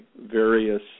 various